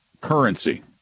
Currency